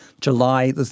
July